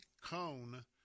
cone